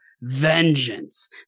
vengeance